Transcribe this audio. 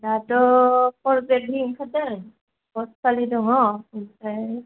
दाथ' पर ग्रेदनि ओंखारदों पस खालि दङ ओमफ्राय